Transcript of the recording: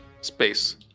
space